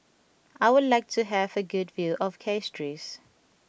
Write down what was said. I would like to have a good view of Castries